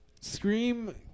Scream